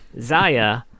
Zaya